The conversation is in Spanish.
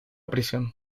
prisión